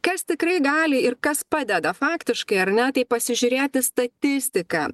kas tikrai gali ir kas padeda faktiškai ar ne tai pasižiūrėti statistiką